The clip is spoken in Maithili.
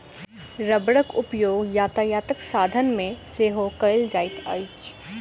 रबड़क उपयोग यातायातक साधन मे सेहो कयल जाइत अछि